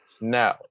No